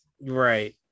Right